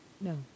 No